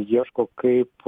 ieško kaip